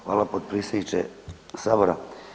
Hvala potpredsjedniče Sabora.